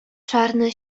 czarne